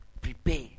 Prepare